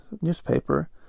newspaper